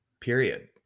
period